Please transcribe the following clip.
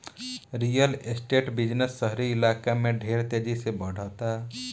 real estate business शहरी इलाका में ढेर तेजी से बढ़ता